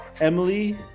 Emily